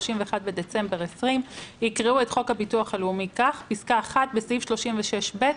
בדצמבר 2020) יקראו את חוק הביטוח הלאומי כך בסעיף 36(ב),